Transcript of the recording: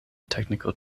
technical